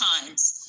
times